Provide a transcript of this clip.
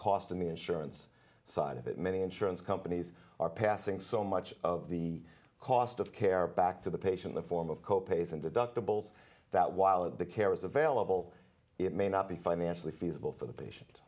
cost of the insurance side of it many insurance companies are passing so much of the cost of care back to the patient the form of co pays and deductibles that while the care is available it may not be financially feasible for the patient